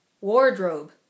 Wardrobe